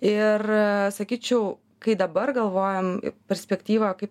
ir sakyčiau kai dabar galvojam perspektyvą kaip